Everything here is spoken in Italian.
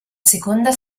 seconda